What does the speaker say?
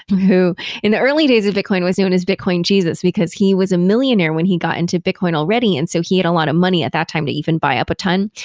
who in the early days of bitcoin was known as bitcoin jesus, because he was a millionaire when he got into bitcoin already, and so he had a lot of money at that time to even buy up a ton.